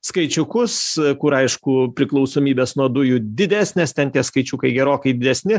skaičiukus kur aišku priklausomybės nuo dujų didesnės ten tie skaičiukai gerokai didesni